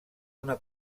una